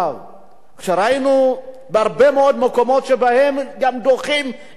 כשראינו הרבה מאוד מקומות שבהם גם דוחים את עולי אתיופיה,